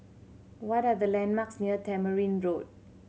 what are the landmarks near Tamarind Road